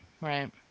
right